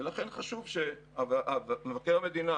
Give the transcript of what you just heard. ולכן חשוב שמבקר המדינה